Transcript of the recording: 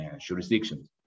jurisdictions